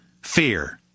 fear